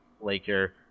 laker